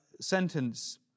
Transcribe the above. sentence